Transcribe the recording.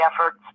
efforts